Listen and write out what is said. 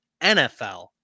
NFL